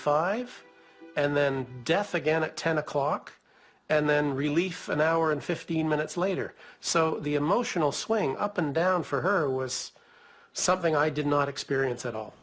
five and then death again at ten o'clock and then relief an hour and fifteen minutes later so the emotional swing up and down for her was something i did not experience at all